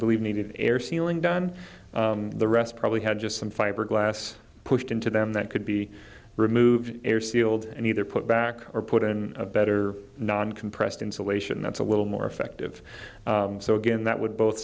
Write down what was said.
believe needed air sealing done the rest probably had just some fiberglass pushed into them that could be removed or sealed and either put back or put in a better non compressed insulation that's a little more effective so again that would both